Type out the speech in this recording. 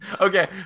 okay